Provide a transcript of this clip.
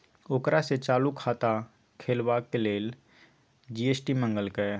ओकरा सँ चालू खाता खोलबाक लेल जी.एस.टी मंगलकै